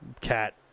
cat